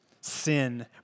sin